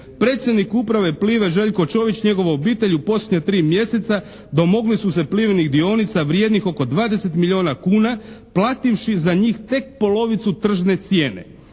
Predsjednik uprave PLIVA-e Željko Čović i njegova obitelj u posljednja tri mjeseca domogli su se PLIVA-inih dionica vrijednih oko 20 milijuna kuna plativši za njih tek polovicu tržne cijene.